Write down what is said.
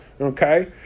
Okay